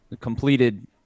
Completed